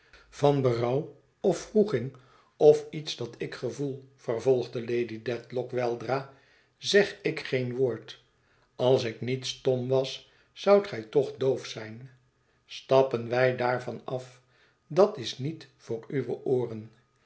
van berouw of wroeging of iets dat ik gevoel vervolgt lady dedlock weldra zeg ik geen woord als ik niet stom was zoudt gij toch doof zijn stappen wij daarvan af dat is niet voor uwe ooren